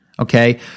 Okay